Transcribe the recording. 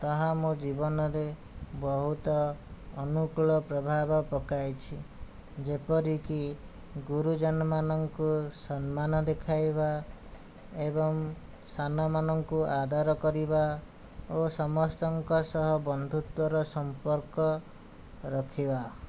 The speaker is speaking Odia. ତାହା ମୋ ଜୀବନରେ ବହୁତ ଅନୁକୂଳ ପ୍ରଭାବ ପକାଇଛି ଯେପରିକି ଗୁରୁଜନ ମାନଙ୍କୁ ସମ୍ମାନ ଦେଖାଇବା ଏବଂ ସାନ ମାନଙ୍କୁ ଆଦର କରିବା ଓ ସମସ୍ତଙ୍କ ସହ ବନ୍ଧୁତ୍ୱର ସମ୍ପର୍କ ରଖିବା